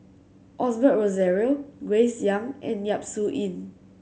Osbert Rozario Grace Young and Yap Su Yin